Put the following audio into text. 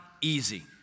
easy